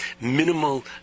minimal